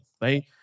right